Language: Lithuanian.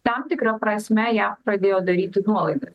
tam tikra prasme jav pradėjo daryti nuolaidas